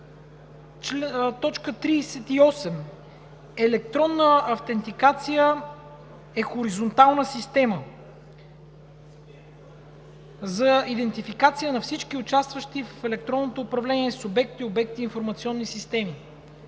Точка 38: „38. „Електронна автентикация“ е хоризонтална система за идентификация на всички участващи в електронното управление субекти, обекти и информационни системи.“